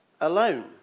alone